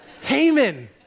Haman